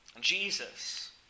Jesus